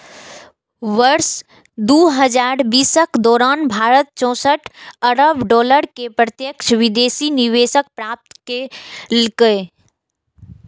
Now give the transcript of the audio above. वर्ष दू हजार बीसक दौरान भारत चौंसठ अरब डॉलर के प्रत्यक्ष विदेशी निवेश प्राप्त केलकै